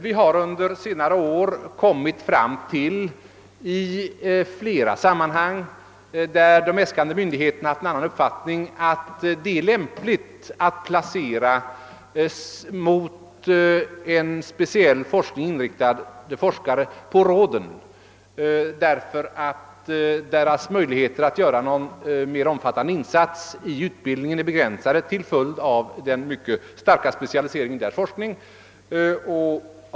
Vi har under senare år i flera sammanhang där de anslagsäskande myndigheterna har haft en annan uppfattning, kommit fram till att det är lämpligt att placera en mot en speciell forskning inriktad forskare vid ett forskningsråd, eftersom hans möjligheter att göra en mera omfattande insats i utbildningen är begränsad till följd av den mycket starka specialiseringen av forskningen.